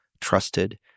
trusted